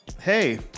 hey